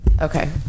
Okay